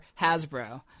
Hasbro